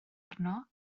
arno